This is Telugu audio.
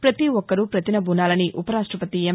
ప్రతీ ఒక్కరూ ప్రతిన బూనాలని ఉపరాష్టపతి ఎం